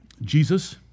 Jesus